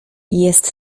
jest